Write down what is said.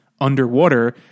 underwater